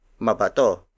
Mabato